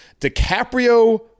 DiCaprio